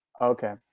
Okay